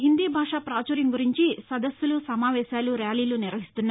హిందీ భాషా ప్రాచుర్యం గురించి నదస్పులు సమావేశాలు ర్యాలీలు నిర్వహిస్తున్నారు